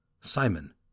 Simon